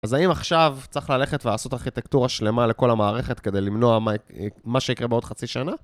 אז האם עכשיו צריך ללכת ולעשות ארכיטקטורה שלמה לכל המערכת כדי למנוע מה שיקרה בעוד חצי שנה?